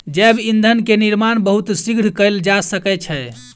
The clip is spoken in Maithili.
जैव ईंधन के निर्माण बहुत शीघ्र कएल जा सकै छै